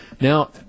Now